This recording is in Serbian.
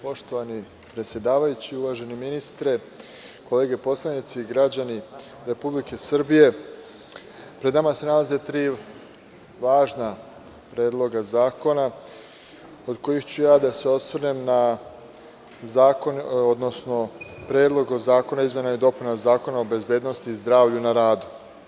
Poštovani predsedavajući, uvaženi ministre, kolege poslanici, građani Republike Srbije pred nama se nalaze tri važna predloga zakona, od kojih ću ja da se osvrnem na Predlog zakona o izmenama i dopunama Zakona o bezbednosti i zdravlju na radu.